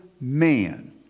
man